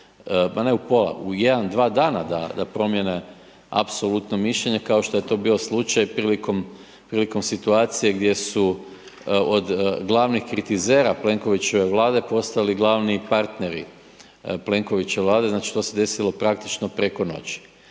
ma ne u pola, u jedan, dva dana da promijene apsolutno mišljenje kao što je to bio slučaj prilikom, prilikom situacije gdje su od glavnih kritizera Plenkovićeve Vlade postali glavni partneri Plenkovićeve Vlade, znači to se desilo praktično preko noći.